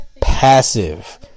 passive